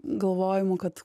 galvojimų kad